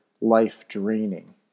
life-draining